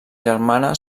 germana